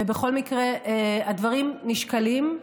ובכל מקרה, הדברים נשקלים,